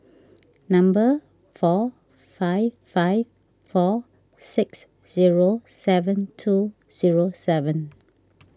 number four five five four six zero seven two zero seven